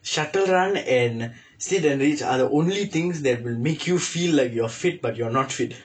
shuttle run and and sit and reach are the only things that will make you feel like you're fit but you're not fit